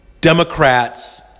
Democrats